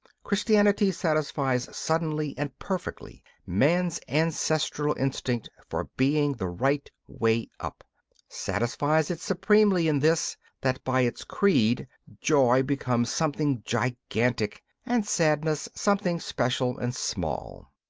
christianity satisfies suddenly and perfectly man's ancestral instinct for being the right way up satisfies it supremely in this that by its creed joy becomes something gigantic and sadness something special and small.